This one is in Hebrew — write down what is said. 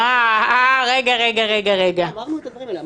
אחרי התפלגות סיעה 62א. (א)החל חבר הכנסת לכהן בכנסת,